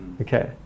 Okay